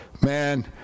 man